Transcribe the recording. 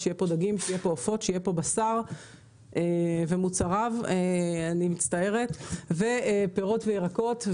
בשר ומוצריו וכן פירות וירקות.